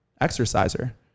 exerciser